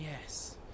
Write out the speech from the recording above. yes